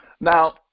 Now